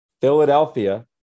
Philadelphia